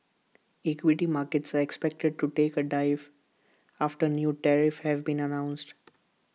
equity markets are expected to take A dive after new tariffs have been announced